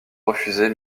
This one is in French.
refuser